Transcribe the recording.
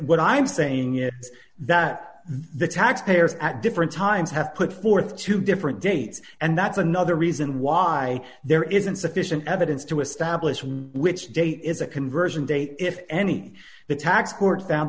what i'm saying is that the tax payers at different times have put forth two different dates and that's another reason why there is insufficient evidence to establish which date is a conversion date if any the tax